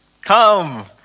Come